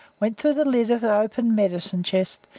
went through the lid of the open medicine chest,